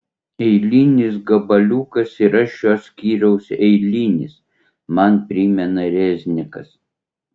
eilinis gabaliukas yra šio skyriaus eilinis man primena reznikas